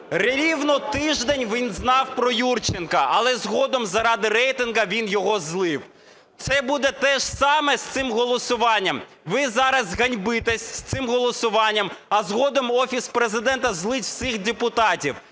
Рівно тиждень він знав про Юрченка, але згодом, заради рейтингу, він його "злив". Це буде те ж саме з цим голосуванням. Ви зараз ганьбитесь з цим голосуванням, а згодом Офіс Президента "зіллє" всіх депутатів.